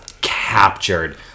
captured